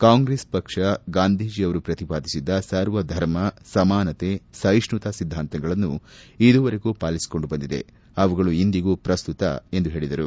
ಕಾಂಗ್ರೆಸ್ ಪಕ್ಷ ಗಾಂಧೀಜಿಯವರು ಪ್ರತಿಪಾದಿಸಿದ್ದ ಸರ್ವಧರ್ಮ ಸಮಾನತೆ ಸಹಿಷ್ಣತಾ ಸಿದ್ದಾಂತಗಳನ್ನು ಇದುವರೆಗೂ ಪಾಲಿಸಿಕೊಂಡು ಬಂದಿದೆ ಅವುಗಳು ಇಂದಿಗೂ ಪ್ರಸ್ತುತ ಎಂದು ಹೇಳಿದರು